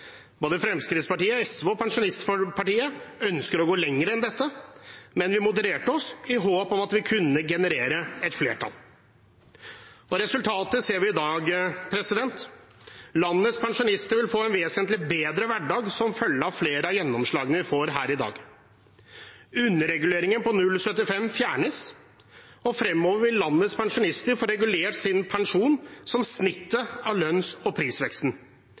Både Fremskrittspartiet, SV og Pensjonistpartiet ønsker å gå lenger enn dette, men vi modererte oss i håp om at vi kunne generere et flertall. Resultatet ser vi i dag. Landets pensjonister vil få en vesentlig bedre hverdag som følge av flere av gjennomslagene vi får her i dag. Underreguleringen på 0,75 pst. fjernes, og fremover vil landets pensjonister få regulert sin pensjon som snittet av lønns- og prisveksten.